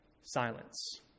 silence